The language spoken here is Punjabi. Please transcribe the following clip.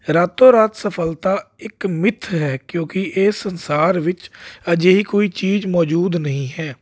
ਰਾਤੋ ਰਾਤ ਸਫਲਤਾ ਇੱਕ ਮਿੱਥ ਹੈ ਕਿਉਂਕਿ ਇਹ ਸੰਸਾਰ ਵਿੱਚ ਅਜਿਹੀ ਕੋਈ ਚੀਜ਼ ਮੌਜੂਦ ਨਹੀਂ ਹੈ